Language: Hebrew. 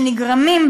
שנגרמים,